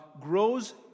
grows